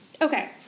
okay